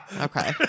Okay